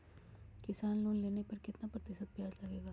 किसान लोन लेने पर कितना प्रतिशत ब्याज लगेगा?